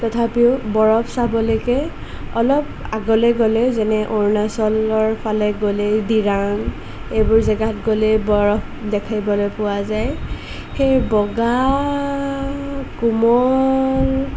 তথাপিও বৰফ চাবলৈকে অলপ আগলৈ গ'লে যেনে অৰুণাচলৰ ফালে গ'লে দিৰাং এইবোৰ জেগাত গ'লে বৰফ দেখিবলৈ পোৱা যায় সেই বগা কোমল